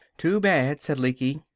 too bad! said lecky.